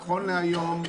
נכון להיום,